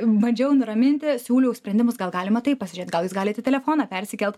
bandžiau nuraminti siūliau sprendimus gal galima taip pasižiūrėt gal jūs galit į telefoną persikelt